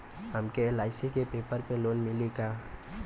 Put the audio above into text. हमके एल.आई.सी के पेपर पर लोन मिली का?